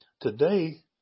today